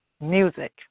music